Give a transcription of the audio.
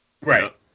Right